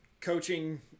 Coaching